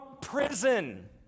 prison